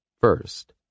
First